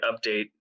update